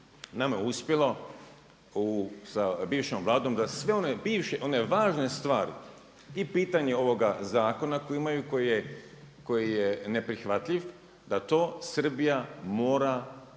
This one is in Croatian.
nama je uspjelo sa bivšom Vladom da sve one bivše, one važne stvari i pitanje ovoga zakona koji imamu koji je neprihvatljiv da to Srbija mora